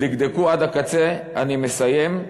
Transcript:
דקדקו עד הקצה, אני מסיים,